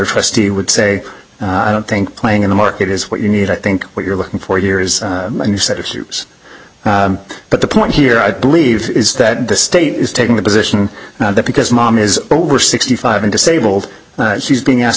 trustee would say i don't think playing in the market is what you need i think what you're looking for here is a new set of issues but the point here i believe is that the state is taking the position that because mom is over sixty five and disabled she's being asked